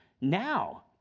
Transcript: now